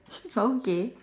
oh okay